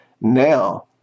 now